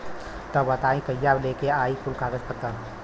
तब बताई कहिया लेके आई कुल कागज पतर?